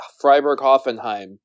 Freiburg-Hoffenheim